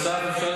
נוסף על כך,